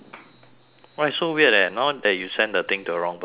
why so weird leh now that you send the thing to the wrong person